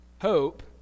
Hope